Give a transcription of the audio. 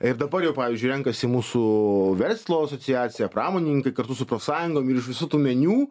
ir dabar jau pavyzdžiui renkasi mūsų verslo asociacija pramonininkai kartu su profsąjungom ir iš visų tų menių